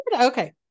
Okay